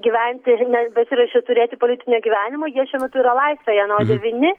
gyventi nebesiruošia turėti politinio gyvenimo jie šiuo metu yra laisvėje na o devyni